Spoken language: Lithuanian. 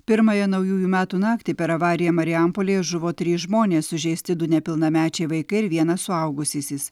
pirmąją naujųjų metų naktį per avariją marijampolėje žuvo trys žmonės sužeisti du nepilnamečiai vaikai ir vienas suaugusysis